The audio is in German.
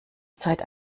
zeit